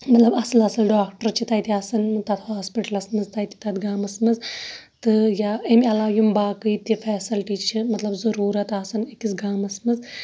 مَطلَب اَصٕل اَصٕل ڈاکٹَر چھِ تَتہِ آسان تَتھ ہاسپِٹلَس مَنٛز تَتہِ تَتھ گامَس مَنٛز تہٕ یا امہِ عَلاوٕ یِم باقٕے تہٕ فیسَلٹی چھِ مَطلَب ضروٗرَت آسان أکِس گامَس مَنٛز